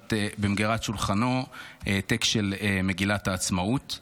במגירת שולחנו העתק של מגילת העצמאות.